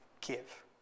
give